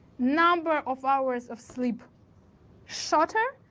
number of hours of sleep shorter,